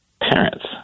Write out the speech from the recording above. parents